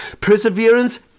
Perseverance